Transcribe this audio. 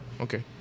Okay